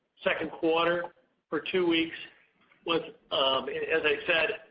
second quarter or two weeks was, um and as i said,